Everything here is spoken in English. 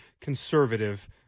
conservative